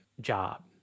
job